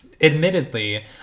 admittedly